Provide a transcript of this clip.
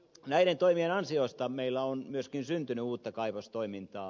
näiden toimien ansiosta meillä on myöskin syntynyt uutta kaivostoimintaa